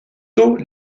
tôt